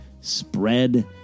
spread